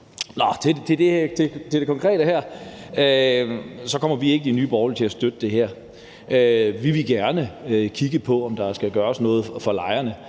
Til det konkrete her vil jeg sige, at vi i Nye Borgerlige ikke kommer til at støtte det her. Vi vil gerne kigge på, om der skal gøres noget for lejerne.